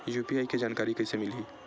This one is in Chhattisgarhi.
यू.पी.आई के जानकारी कइसे मिलही?